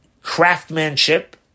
craftsmanship